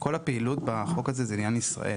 כל הפעילות בחוק הזה היא לעניין לישראל,